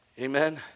Amen